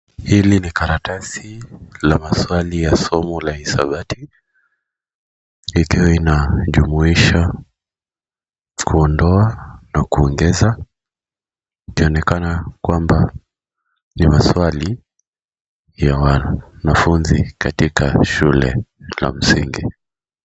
Hili ni karatasi la maswali ya somo la hesabati likiwa lina jumuisha kuondoa na kuongeza likionekana kwamba ni maswali ya wanafunzi katika shule ya msingi.